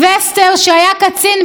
שהיה קצין בריטי.